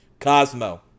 Cosmo